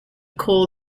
call